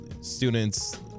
students